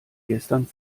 gestern